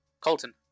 Colton